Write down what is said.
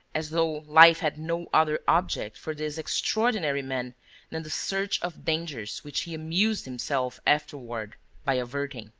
as though life had no other object for this extraordinary man than the search of dangers which he amused himself afterward by averting.